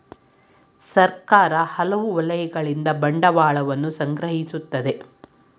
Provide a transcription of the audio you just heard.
ಸರ್ಕಾರ ಹಲವು ವಲಯಗಳಿಂದ ಬಂಡವಾಳವನ್ನು ಸಂಗ್ರಹಿಸುತ್ತದೆ